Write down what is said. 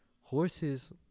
Horses